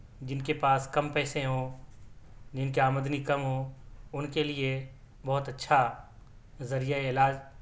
جن کے پاس کم پیسے ہوں جن کی آمدنی کم ہو ان کے لیے بہت اچھا ذریعۂ علاج